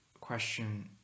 question